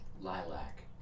Lilac